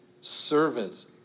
Servants